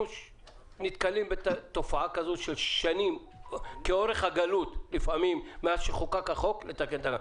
נתקלים בתופעה שעוברות שנים רבות בין חקיקת החוק להתקנת התקנות.